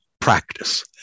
practice